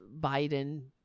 Biden